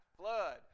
flood